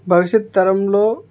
భవిష్యత్తు తరంలో